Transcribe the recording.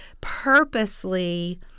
purposely